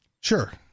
Sure